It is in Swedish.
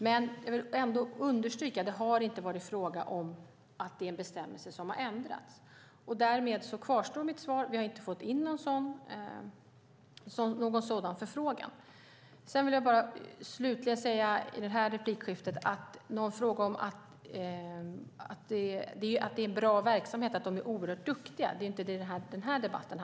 Men jag vill ändå understryka att det inte har varit fråga om att det är en bestämmelse som har ändrats. Därmed kvarstår mitt svar: Vi har inte fått in någon sådan förfrågan. Slutligen vill jag i detta inlägg bara säga att denna debatt inte handlar om att det inte är en bra verksamhet och att musikerna inte är oerhört duktiga.